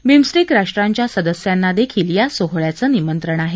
BIMSTEC राष्ट्रांच्या सदस्यांना देखील या सोहळ्याचं निमंत्रण आहे